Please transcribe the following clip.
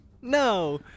no